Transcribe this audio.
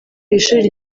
ishuri